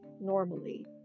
normally